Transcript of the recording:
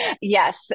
Yes